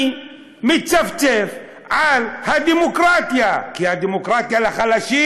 אני מצפצף על הדמוקרטיה, כי הדמוקרטיה לחלשים.